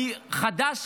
אני חדש,